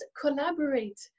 collaborate